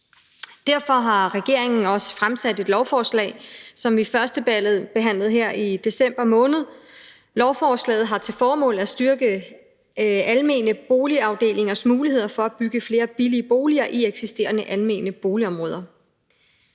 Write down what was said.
Derfor har regeringen også fremsat et lovforslag, som vi førstebehandlede her i december måned. Lovforslaget har til formål at styrke almene boligafdelingers muligheder for at bygge flere billige boliger i eksisterende almene boligområder.